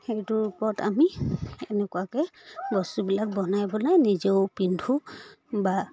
সেইটোৰ ওপৰত আমি এনেকুৱাকৈ বস্তুবিলাক বনাই বনাই নিজেও পিন্ধো বা